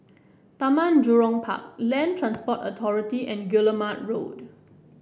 Taman Jurong Park Land Transport Authority and Guillemard Road